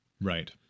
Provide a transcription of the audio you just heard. Right